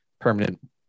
permanent